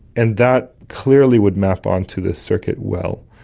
and that clearly would map onto the circuit well.